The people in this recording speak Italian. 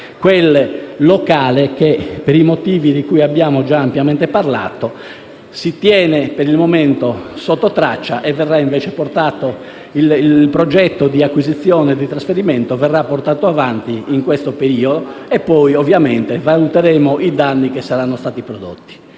quel locale che - per i motivi di cui abbiamo già ampiamente parlato - si tiene per il momento sottotraccia. Il progetto di acquisizione e di trasferimento verrà invece portato avanti in questo periodo e poi ovviamente valuteremo i danni che saranno stati i prodotti.